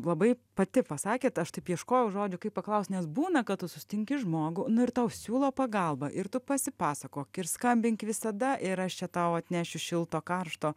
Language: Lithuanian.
labai pati pasakėt aš taip ieškojau žodžių kaip paklaust nes būna kad tu susitinki žmogų nu ir tau siūlo pagalbą ir tu pasipasakok ir skambink visada ir aš čia tau atnešiu šilto karšto